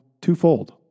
twofold